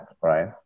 right